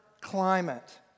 climate